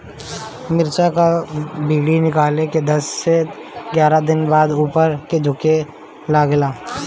मिरचा क डिभी निकलले के दस से एग्यारह दिन बाद उपर से झुके लागेला?